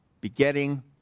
begetting